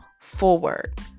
forward